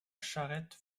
charrette